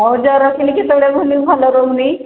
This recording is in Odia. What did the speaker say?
ହଉ ଯା ରଖିଲି କେତେବେଳେ ଭୁଲି ଭଲ ରହୁନି